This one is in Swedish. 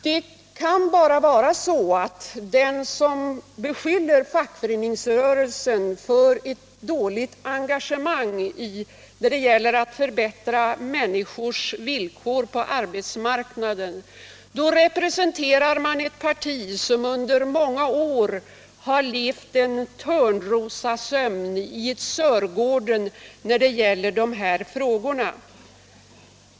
Den som beskyller fackföreningsrörelsen för ett dåligt engagemang när det gäller att förbättra människors villkor på arbetsmarknaden representerar ett parti, som beträffande dessa frågor under många år har sovit en Törnrosasömn i ett Sörgården.